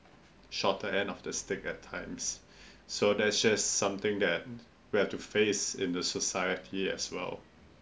shorter end of the stick at time so that's just something that we have to face in the society as well